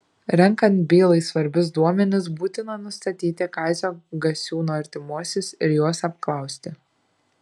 renkant bylai svarbius duomenis būtina nustatyti kazio gasiūno artimuosius ir juos apklausti